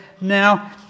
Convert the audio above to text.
now